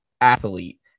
athlete